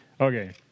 Okay